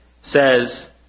says